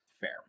Fair